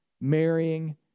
marrying